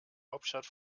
hauptstadt